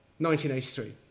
1983